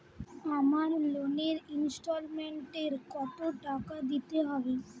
আমার লোনের ইনস্টলমেন্টৈ কত টাকা দিতে হবে?